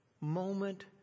moment